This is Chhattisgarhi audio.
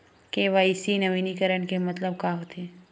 के.वाई.सी नवीनीकरण के मतलब का होथे?